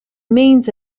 remains